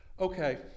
Okay